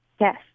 Yes